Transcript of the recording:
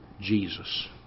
Jesus